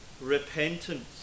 repentance